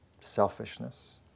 selfishness